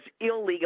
illegal